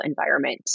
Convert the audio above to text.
environment